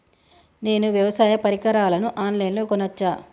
నేను వ్యవసాయ పరికరాలను ఆన్ లైన్ లో కొనచ్చా?